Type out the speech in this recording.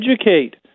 educate